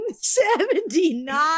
seventy-nine